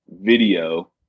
video